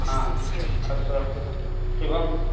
हा अस्तु अस्तु शुभम्